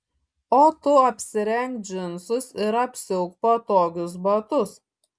o tu apsirenk džinsus ir apsiauk patogius batus